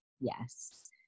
Yes